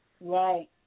Right